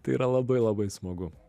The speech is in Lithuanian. tai yra labai labai smagu